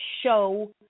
show